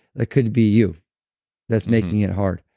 that could be you that's making it hard.